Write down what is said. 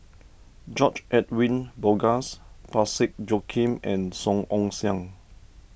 George Edwin Bogaars Parsick Joaquim and Song Ong Siang